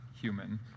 human